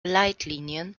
leitlinien